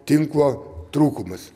tinklo trūkumas